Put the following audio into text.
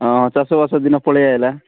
ହଁ ଚାଷବାସ ଦିନ ପଳେଇ ଆସିଲା